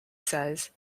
says